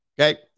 Okay